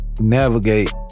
Navigate